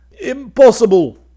Impossible